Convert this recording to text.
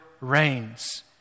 reigns